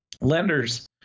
lenders